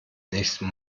nächsten